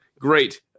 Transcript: Great